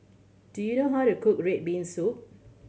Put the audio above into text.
do you know how to cook red bean soup